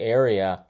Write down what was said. area